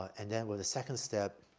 and then with a second step,